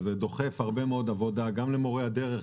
וזה דוחף הרבה מאוד עבודה גם למורי הדרך,